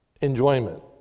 enjoyment